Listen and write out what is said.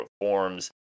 reforms